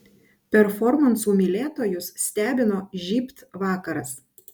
performansų mylėtojus stebino žybt vakaras